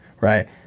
right